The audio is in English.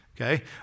Okay